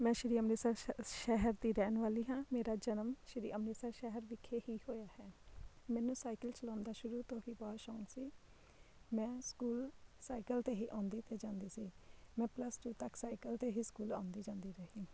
ਮੈਂ ਸ਼੍ਰੀ ਅੰਮ੍ਰਿਤਸਰ ਸ਼ ਸ਼ਹਿਰ ਦੀ ਰਹਿਣ ਵਾਲੀ ਹਾਂ ਮੇਰਾ ਜਨਮ ਸ਼੍ਰੀ ਅੰਮ੍ਰਿਤਸਰ ਸ਼ਹਿਰ ਵਿਖੇ ਹੀ ਹੋਇਆ ਹੈ ਮੈਨੂੰ ਸਾਈਕਲ ਚਲਾਉਣ ਦਾ ਸ਼ੁਰੂ ਤੋਂ ਹੀ ਬਹੁਤ ਸ਼ੌਕ ਸੀ ਮੈਂ ਸਕੂਲ ਸਾਈਕਲ 'ਤੇ ਹੀ ਆਉਂਦੀ ਅਤੇ ਜਾਂਦੀ ਸੀ ਮੈਂ ਪਲੱਸ ਟੂ ਤੱਕ ਸਾਈਕਲ 'ਤੇ ਹੀ ਸਕੂਲ ਆਉਂਦੀ ਜਾਂਦੀ ਰਹੀ